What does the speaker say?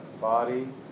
body